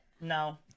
No